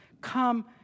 Come